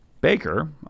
baker